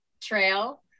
trail